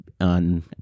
on